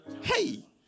Hey